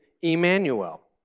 Emmanuel